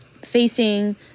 facing